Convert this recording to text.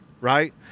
Right